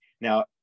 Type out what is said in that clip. Now